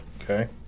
Okay